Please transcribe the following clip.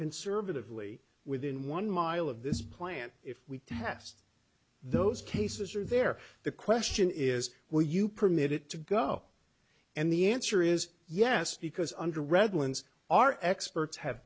conservatively within one mile of this plant if we test those cases are there the question is will you permit it to go and the answer is yes because under redlands our experts have